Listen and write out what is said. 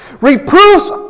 Reproofs